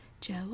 Joe